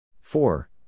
Four